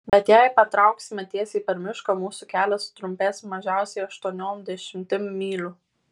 bet jei patrauksime tiesiai per mišką mūsų kelias sutrumpės mažiausiai aštuoniom dešimtim mylių